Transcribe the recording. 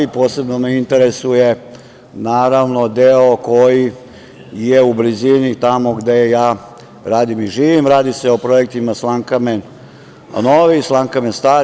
Posebno me interesuje naravno deo koji je u blizini tamo gde ja radim i živim, a radi se o projektima Slankamen Novi, Slankamen Stari.